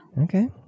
Okay